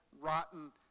rotten